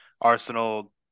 Arsenal